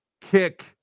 kick